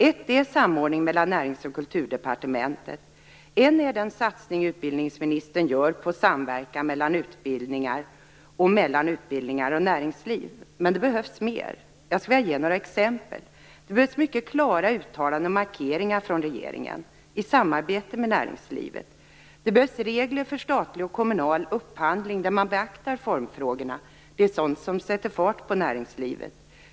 Ett är samordning mellan Närings och Kulturdepartementet; ett är den satsning utbildningsministern gör på samverkan mellan utbildningar och mellan utbildningar och näringsliv. Men det behövs mer. Jag skulle vilja ge några exempel. Det behövs mycket klara uttalanden och markeringar från regeringen i samarbete med näringslivet. Det behövs regler för statlig och kommunal upphandling där man beaktar formfrågorna. Det är sådant som sätter fart på näringslivet.